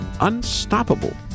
unstoppable